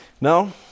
No